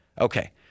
Okay